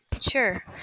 Sure